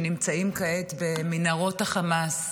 שנמצאים כעת במנהרות חמאס,